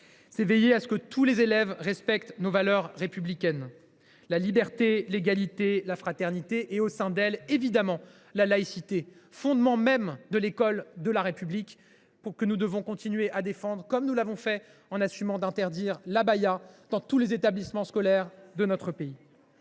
C’est veiller à ce que tous les élèves respectent nos valeurs républicaines : la liberté, l’égalité et la fraternité, mais aussi et évidemment, en leur sein, la laïcité, fondement même de l’école de la République. Nous devons continuer de la défendre, comme nous l’avons fait en assumant l’interdiction de l’abaya dans tous les établissements scolaires de notre pays.